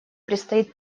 предстоит